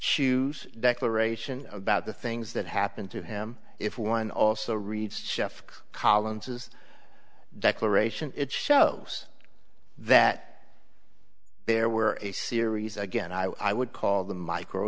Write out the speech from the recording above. shews declaration about the things that happened to him if one also reads sheff collins's declaration it shows that there were a series again i would call the micro